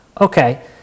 Okay